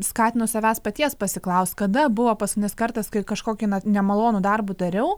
skatinu savęs paties pasiklaust kada buvo paskutinis kartas kai kažkokį na nemalonų darbą dariau